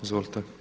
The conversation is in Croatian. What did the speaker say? Izvolite.